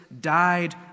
died